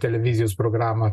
televizijos programą